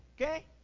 Okay